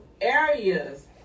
areas